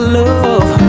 love